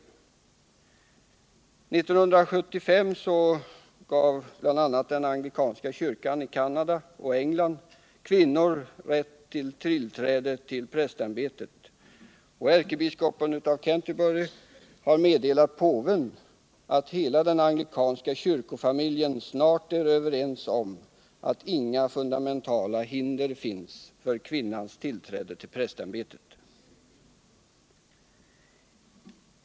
År 1975 gav bl.a. den anglikanska kyrkan i Canada och i England kvinnor rätt till tillträde till prästämbetet, och ärkebiskopen av Canterbury har meddelat på ven, att hela den anglikanska kyrkofamiljen snart är överens om att inga fundamentala hinder finns för kvinnans tillträde till prästämbeic.